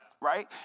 Right